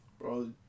Bro